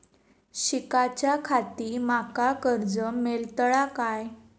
शिकाच्याखाती माका कर्ज मेलतळा काय?